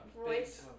voice